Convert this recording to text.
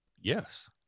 Yes